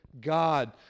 God